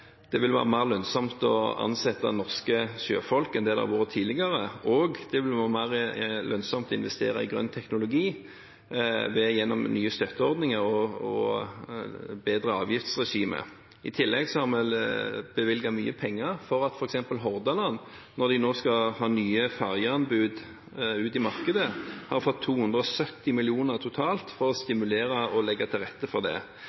det vil være mer lønnsomt å ansette norske sjøfolk enn det har vært tidligere, og at det vil være mer lønnsomt å investere i grønn teknologi, gjennom nye støtteordninger og bedre avgiftsregime. I tillegg har vi bevilget mye penger – for at f.eks. Hordaland, når de nå skal ha nye ferjeanbud ut på markedet, har fått totalt 270 mill. kr for å stimulere og legge til rette for det.